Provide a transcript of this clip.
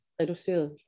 reduceret